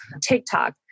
TikTok